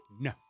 No